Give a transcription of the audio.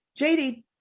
JD